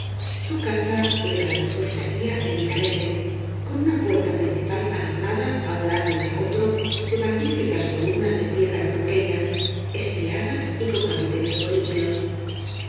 su casa era la mejor que había en villalegre con una puerta principal adornada á un lado y á otro de magníficas columnas de piedra berro queña estriadas y con capiteles corintios